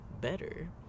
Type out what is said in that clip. better